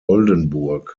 oldenburg